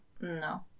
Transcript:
No